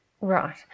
Right